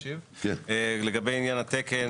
לגבי עניין התקן